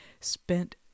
spent